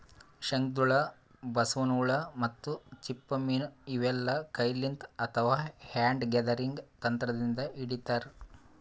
ಶಂಕದ್ಹುಳ, ಬಸವನ್ ಹುಳ ಮತ್ತ್ ಚಿಪ್ಪ ಮೀನ್ ಇವೆಲ್ಲಾ ಕೈಲಿಂತ್ ಅಥವಾ ಹ್ಯಾಂಡ್ ಗ್ಯಾದರಿಂಗ್ ತಂತ್ರದಿಂದ್ ಹಿಡಿತಾರ್